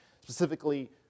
specifically